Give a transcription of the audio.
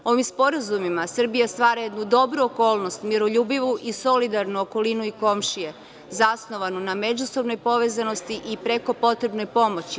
Ovim sporazumima Srbija stvara jednu dobru okolnost, miroljubivu i solidarnost okolinu i komšije zasnovanu na međusobnoj povezanosti i preko potrebnoj pomoći.